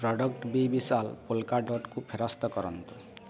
product ବିବିଶାଲ polka ଡ଼ଟ୍କୁ ଫେରସ୍ତ କରନ୍ତୁ